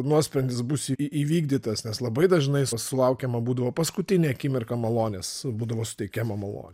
nuosprendis bus į įvykdytas nes labai dažnai s sulaukiama būdavo paskutinę akimirką malonės būdavo suteikiama malo